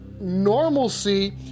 normalcy